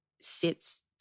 sits